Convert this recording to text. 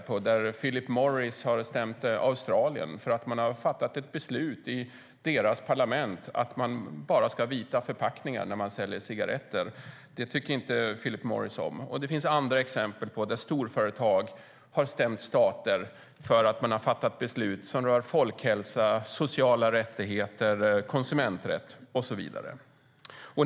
Philip Morris har stämt Australien för att de har fattat ett beslut i parlamentet att man bara ska ha vita förpackningar när man säljer cigaretter. Det tycker inte Philip Morris om. Det finns andra exempel på att storföretag har stämt stater för att de har fattat beslut som rör folkhälsa, sociala rättigheter, konsumenträtt och så vidare.